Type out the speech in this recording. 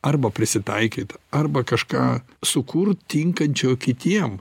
arba prisitaikyt arba kažką sukurt tinkančio kitiem